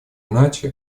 иначе